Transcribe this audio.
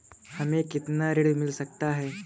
हमें कितना ऋण मिल सकता है?